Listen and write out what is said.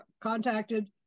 contacted